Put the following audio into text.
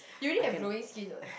you already have glowing skin [what]